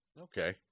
Okay